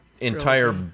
entire